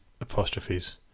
apostrophes